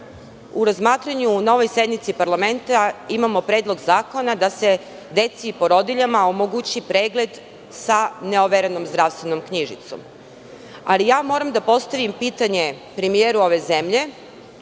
razmatranju na ovoj sednici parlamenta imamo Predlog zakona da se deci i porodiljama omogući pregled sa neoverenom zdravstvenom knjižicom. Ali, moram da postavim pitanje premijeru ove zemlje,